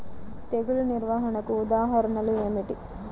తెగులు నిర్వహణకు ఉదాహరణలు ఏమిటి?